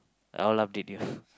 all love did you